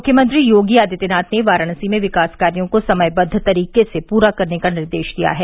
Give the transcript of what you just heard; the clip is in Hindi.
मुख्यमंत्री योगी आदित्यनाथ ने वाराणसी में विकास कार्यो को समयबद्द तरीके से पूरा करने का निर्देश दिया है